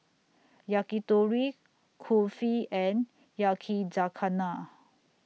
Yakitori Kulfi and Yakizakana